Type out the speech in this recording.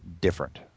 different